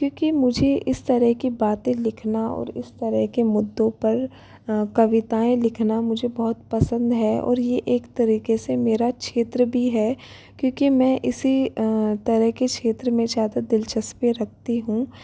क्योंकि मुझे इस तरह कि बातें लिखना और इस तरह के मुद्दों पर कविताएँ लिखना मुझे बहुत पसंद है और यह एक तरीके से मेरा क्षेत्र भी है क्योंकि मैं इसी तरह के क्षेत्र में ज़्यादा दिलचस्पी रखती हूँ